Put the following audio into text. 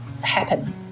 happen